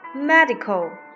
medical